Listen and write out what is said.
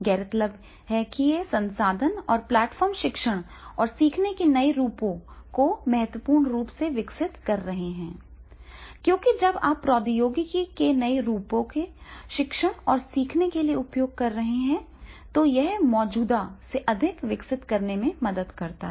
गौरतलब है कि ये संसाधन और प्लेटफ़ॉर्म शिक्षण और सीखने के नए रूपों को महत्वपूर्ण रूप से विकसित कर रहे हैं क्योंकि जब आप प्रौद्योगिकी के नए रूपों को शिक्षण और सीखने के लिए उपयोग कर रहे हैं तो यह मौजूदा से अधिक विकसित करने में मदद करता है